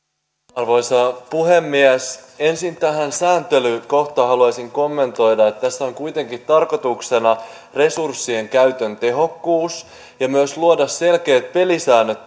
arvoisa puhemies ensin tätä sääntelykohtaa haluaisin kommentoida siten että tässä on kuitenkin tarkoituksena resurssien käytön tehokkuus ja myös selkeiden pelisääntöjen